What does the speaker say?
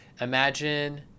imagine